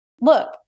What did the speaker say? Look